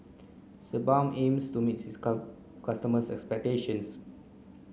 Sebamed aims to meet its custom customers' expectations